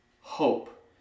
hope